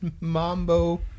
mambo